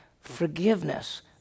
forgiveness